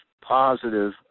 positive